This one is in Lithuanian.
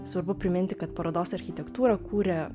svarbu priminti kad parodos architektūrą kūrė